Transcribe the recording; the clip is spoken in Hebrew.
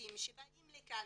צרפתיים שבאים לכאן,